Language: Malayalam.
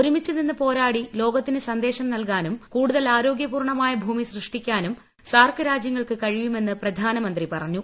ഒരുമിച്ച് നിന്ന് പോരാടി ലോകത്തിന് സന്ദേശം നൽകാനും കൂടുതൽ ആരോഗൃപൂർണ്ണമായ ഭൂമി സൃഷ്ടിക്കാനും സാർക്ക് രാജ്യങ്ങൾക്ക് കഴിയുമെന്ന് പ്രധാനമന്ത്രി പറഞ്ഞു